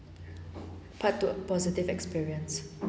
part two positive experience